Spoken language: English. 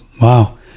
wow